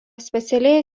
specialiai